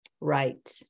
right